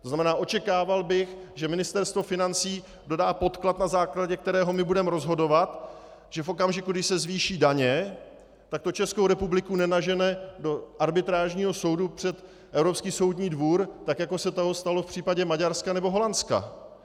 To znamená, že bych očekával, že Ministerstvo financí dodá podklad, na základě kterého budeme rozhodovat, že v okamžiku, kdy se zvýší daně, tak to Českou republiku nenažene do arbitrážního soudu před Evropský soudní dvůr, jako se to stalo v případě Maďarska nebo Holandska.